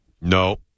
No